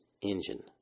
engine